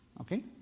Okay